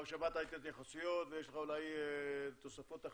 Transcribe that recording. שמעת את ההתייחסויות ואולי יש לך תוספות.